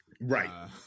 Right